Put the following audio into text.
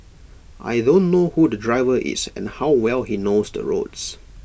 I don't know who the driver is and how well he knows the roads